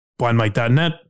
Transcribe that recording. blindmike.net